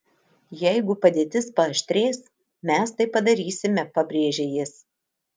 jeigu padėtis paaštrės mes tai padarysime pabrėžė jis